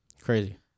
Crazy